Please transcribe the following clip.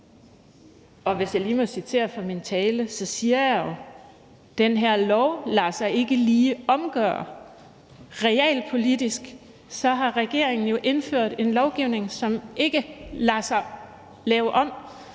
Og hvis jeg lige må citere fra min tale, så siger jeg jo: Den her lov lader sig ikke lige omgøre. Realpolitisk har regeringen indført en lovgivning, som ikke lader sig lave om.